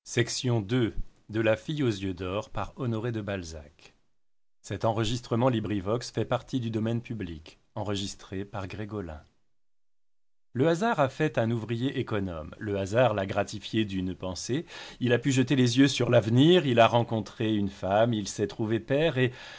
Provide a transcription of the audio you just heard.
de la douleur le hasard a fait un ouvrier économe le hasard l'a gratifié d'une pensée il a pu jeter les yeux sur l'avenir il a rencontré une femme il s'est trouvé père et